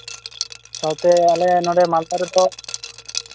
ᱥᱟᱶᱛᱮ ᱟᱞᱮ ᱱᱚᱸᱰᱮ ᱢᱟᱞᱫᱟ ᱨᱮᱫᱚ